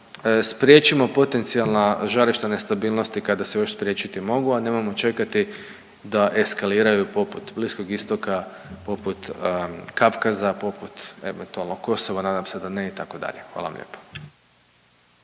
spriječimo potencijalna žarišta nestabilnosti kada se još spriječiti mogu, a nemojmo čekati da eskaliraju poput Bliskog Istoga, poput Kavkaza, poput eventualno Kosova, nadam se da ne itd.. Hvala vam lijepa.